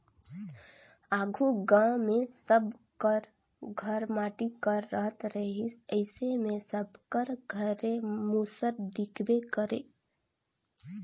आघु गाँव मे सब कर घर माटी कर रहत रहिस अइसे मे सबकर घरे मूसर दिखबे करे